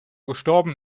gestorben